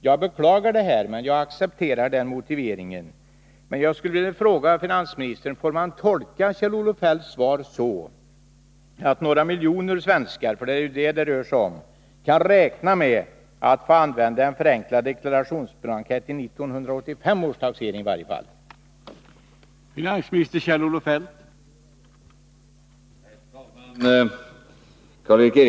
Jag beklagar att det tar tid, men jag accepterar motiveringen. Jag vill fråga: Får jag tolka Kjell-Olof Feldts svar så, att några miljoner svenskar — som det faktiskt rör sig om — kan räkna med att få använda en förenklad deklarationsblankett i varje fall vid 1985 års taxering?